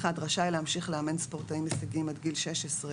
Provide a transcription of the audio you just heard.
(1)רשאי להמשיך לאמן ספורטאים הישגיים עד גיל 16,